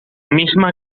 misma